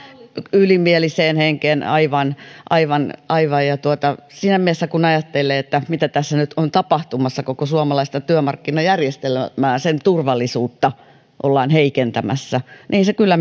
ylimieliseen henkeen aivan aivan ja siinä mielessä kun ajattelee mitä tässä nyt on tapahtumassa koko suomalaista työmarkkinajärjestelmää sen turvallisuutta ollaan heikentämässä niin ei se kyllä